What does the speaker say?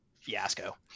Fiasco